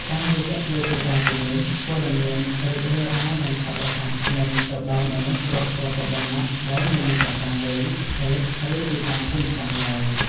តាមរយៈវេទិកាទាំងនេះ ព័ត៌មានរីករាលដាលយ៉ាងឆាប់រហ័ស និងទៅដល់មនុស្សគ្រប់ស្រទាប់វណ្ណៈ ដោយមិនប្រកាន់វ័យ ភេទ ឬទីតាំងភូមិសាស្ត្រឡើយ។